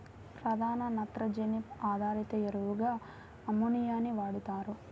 ప్రధాన నత్రజని ఆధారిత ఎరువుగా అమ్మోనియాని వాడుతారు